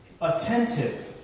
attentive